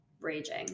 raging